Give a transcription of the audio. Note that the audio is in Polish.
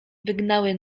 wygnały